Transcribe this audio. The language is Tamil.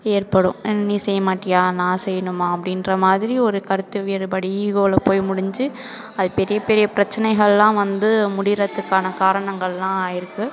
ஏற்படும் நீ செய்ய மாட்டாயா நான் செய்யணுமா அப்படின்ற மாதிரி ஒரு கருத்து வேறுபாடு ஈகோவில் போய் முடிஞ்சு அது பெரிய பெரிய பிரச்சனைகள்லாம் வந்து முடியுறத்துக்கான காரணங்கள்லாம் இருக்குது